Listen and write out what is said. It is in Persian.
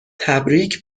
تبریک